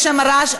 יש שם רעש,